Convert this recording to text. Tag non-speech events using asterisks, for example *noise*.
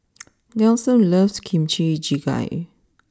*noise* Nelson loves Kimchi Jjigae